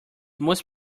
most